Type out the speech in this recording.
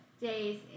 days